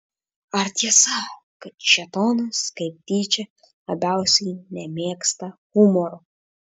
ar tiesa kad šėtonas kaip tyčia labiausiai nemėgsta humoro